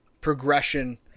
progression